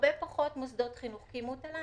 הרבה פחות מוסדות חינוך קיימו תל"ן.